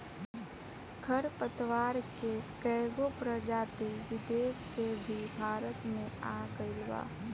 खर पतवार के कएगो प्रजाति विदेश से भी भारत मे आ गइल बा